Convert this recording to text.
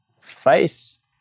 face